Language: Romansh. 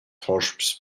hosps